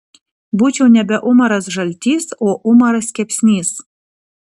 būčiau nebe umaras žaltys o umaras kepsnys